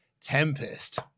tempest